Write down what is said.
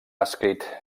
escrit